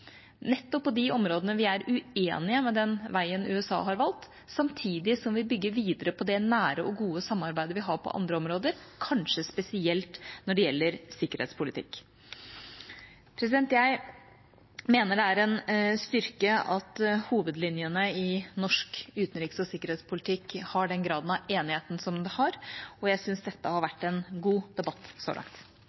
er uenig med USA om den veien de har valgt, bygger vi videre på det nære og gode samarbeidet vi har på andre områder, kanskje spesielt når det gjelder sikkerhetspolitikk. Jeg mener det er en styrke at hovedlinjene i norsk utenriks- og sikkerhetspolitikk har den graden av enighet som den har, og jeg synes dette har vært en god debatt så langt.